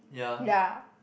ya